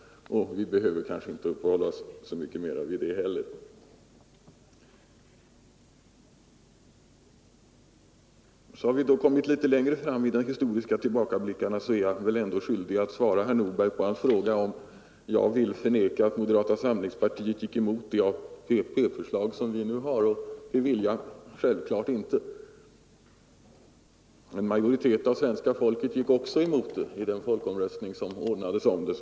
Vi behöver kanske inte uppehålla oss vid det heller. Då kommer vi litet längre fram i de historiska tillbakablickarna, och då blir jag väl ändå skyldig att svara herr Nordberg på hans fråga om jag vill förneka att moderata samlingspartiet gick emot förslaget till den ATP-försäkring som vi nu har. Det vill jag självfallet inte. Men en majoritet av svenska folket gick också emot det förslaget i den folkomröstning som ordnades i frågan.